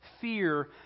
fear